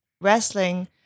wrestling